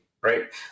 right